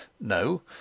no